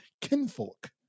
kinfolk